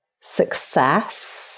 success